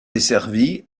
desservi